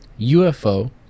UFO